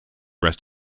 rest